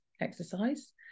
exercise